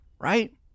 right